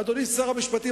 אדוני שר המשפטים,